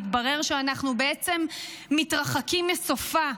מתברר שאנחנו בעצם מתרחקים מסופה.